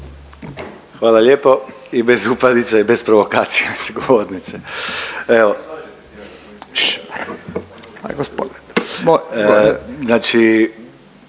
Hvala lijepo i bez upadica i bez provokacija